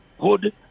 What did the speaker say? good